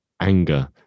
anger